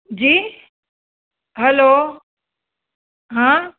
जी hello हा